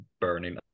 burning